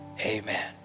Amen